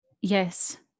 Yes